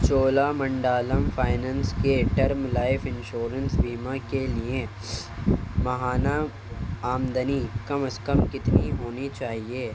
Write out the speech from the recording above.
چولا منڈالم finance کے term life insurance بیمہ کے لئیں ماہانہ آمدنی کم از کم کتنی ہونی چاہیے